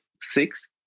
six